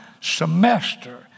semester